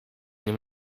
nim